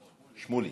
שמוּלי.